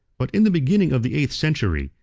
but in the beginning of the eighth century,